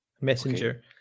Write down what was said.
Messenger